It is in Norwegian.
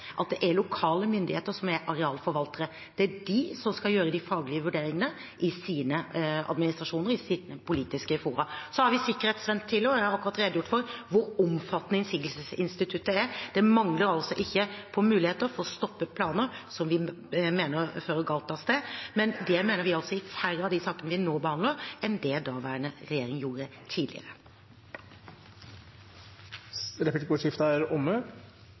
at det er lokale myndigheter som er arealforvaltere, det er de som skal gjøre de faglige vurderingene i sine administrasjoner, i sine politiske fora. Så har vi sikkerhetsventiler, og jeg har akkurat redegjort for hvor omfattende innsigelsesinstituttet er. Det mangler ikke på muligheter til å få stoppet planer som vi mener fører galt av sted, men det mener vi i færre av de sakene vi behandler, enn det tidligere regjering gjorde. Replikkordskiftet er omme.